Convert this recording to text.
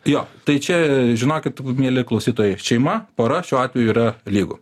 jo tai čia žinokit mieli klausytojai šeima pora šiuo atveju yra lygu